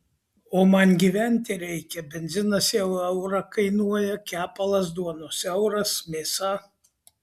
o man gyventi reikia benzinas jau eurą kainuoja kepalas duonos euras mėsa